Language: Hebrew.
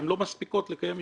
הן לא מספיקות לקיים משפחה.